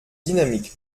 dynamique